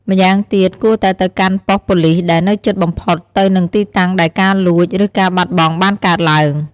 ម្យ៉ាងទៀត គួរតែទៅកាន់ប៉ុស្តិ៍ប៉ូលីសដែលនៅជិតបំផុតទៅនឹងទីតាំងដែលការលួច ឬការបាត់បង់បានកើតឡើង។